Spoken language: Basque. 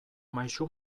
maisu